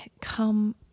come